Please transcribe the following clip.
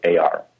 AR